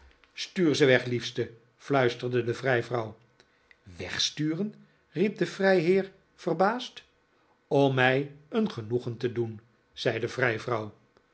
stuur ze weg liefste fluisterde de vrijvrouw wegsturen riep de vrijheer verbaasd om mij een genoegen te doen zei de